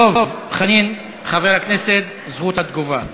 דב חנין, חבר הכנסת, זכות התגובה.